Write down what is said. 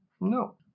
No